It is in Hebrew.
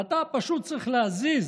ואתה פשוט צריך להזיז